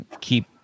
keep